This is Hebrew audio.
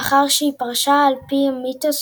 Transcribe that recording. מאחר שהיא פרשה על פי המיתוס